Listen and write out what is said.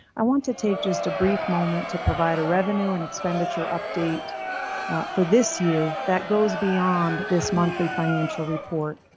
i want to take just a brief moment to provide a revenue and expenditure update for this year that goes beyond this monthly financial report.